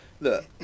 look